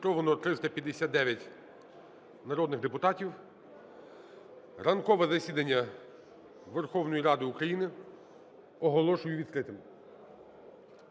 відкритим.